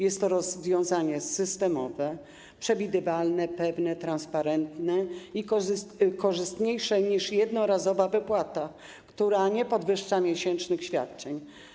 Jest to rozwiązanie systemowe, przewidywalne, pewne, transparentne i korzystniejsze niż jednorazowa wypłata, która nie podwyższa miesięcznych świadczeń.